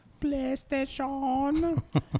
playstation